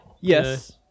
Yes